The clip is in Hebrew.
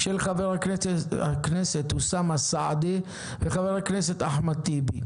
של חבר הכנסת אוסאמה סעדי וחבר הכנסת אחמד טיבי.